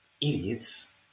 idiots